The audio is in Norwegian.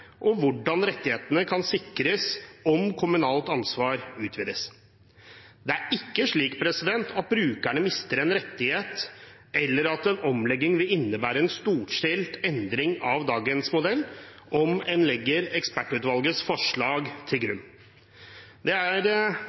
og hvordan rettighetene kan sikres om kommunalt ansvar utvides. Det er ikke slik at brukerne mister en rettighet, eller at en omlegging vil innebære en storstilt endring av dagens modell, om en legger ekspertutvalgets forslag til grunn. Det er